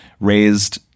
raised